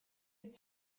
its